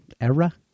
era